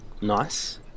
Nice